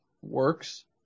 works